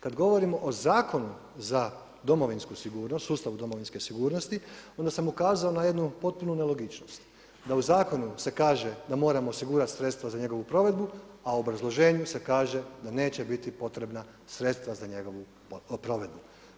Kada govorimo o Zakonu za domovinsku sigurnost, sustavu domovinske sigurnosti, onda sam ukazao na jednu potpunu nelogičnost da u zakonu se kaže da moramo osigurati sredstva za njegovu provedbu a u obrazloženju se kaže da neće biti potrebna sredstva za njegovu provedbu.